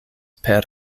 per